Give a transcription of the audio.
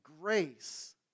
grace